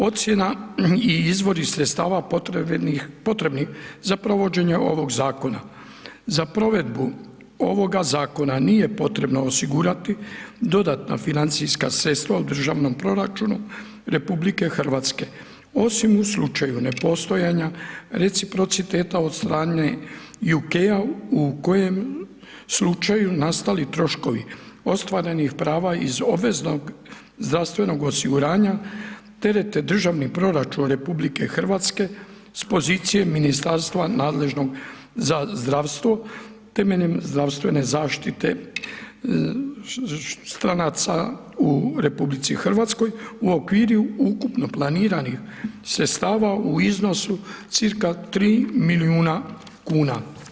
Ocjena i izvori sredstava potrebnih za provođenje ovog zakona, za provedbu ovoga zakon nije potrebno osigurati dodatna financijska sredstva u državnom proračunu RH, osim u slučaju nepostojanja reciprociteta od strane UK, u kojem slučaju nastali troškovi, ostvarenih prava iz obveznog zdravstvenog osiguranja terete državni proračun RH, s pozicije ministarstva nadležno za zdravstvo, temeljem zdravstvene zaštite stranaca u RH u okviru ukupno planiranih sredstava u iznosu cca 3 milijuna kuna.